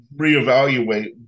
reevaluate